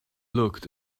looked